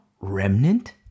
remnant